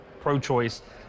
pro-choice